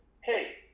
hey